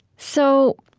so,